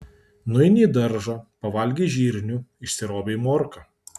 nueini į daržą pavalgei žirnių išsirovei morką